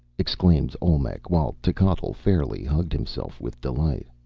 exclaimed olmec, while techotl fairly hugged himself with delight.